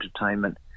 entertainment